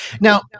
Now